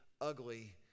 ugly